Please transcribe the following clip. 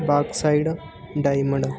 bauxite diamond